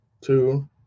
two